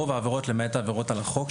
רוב העבירות למעט העבירות על החוק,